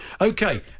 Okay